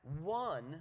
one